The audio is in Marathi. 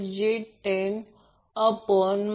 25 j2